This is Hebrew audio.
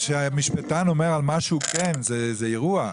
כשמשפטן אומר על משהו כן זה אירוע.